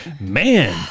man